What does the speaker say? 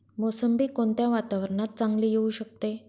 मोसंबी कोणत्या वातावरणात चांगली येऊ शकते?